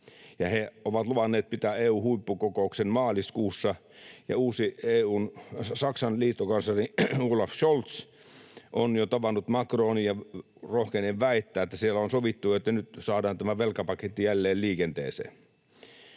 he ovat luvanneet pitää EU-huippukokouksen maaliskuussa. Ja uusi Saksan liittokansleri Olaf Scholz on jo tavannut Macronin, ja rohkenen väittää, että siellä on sovittu, että nyt saadaan tämä velkapaketti jälleen liikenteeseen.